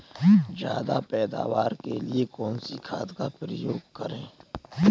ज्यादा पैदावार के लिए कौन सी खाद का प्रयोग करें?